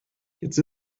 jetzt